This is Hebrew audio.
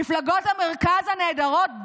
מפלגות המרכז הנהדרות,